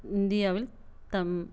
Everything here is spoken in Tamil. இந்தியாவில் தம்